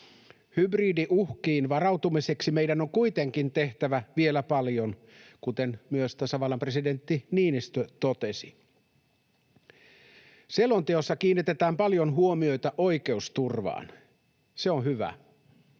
Hybridiuhkiin varautumiseksi meidän on kuitenkin tehtävä vielä paljon, kuten myös tasavallan presidentti Niinistö totesi. Selonteossa kiinnitetään paljon huomiota oikeusturvaan. Se on hyvä.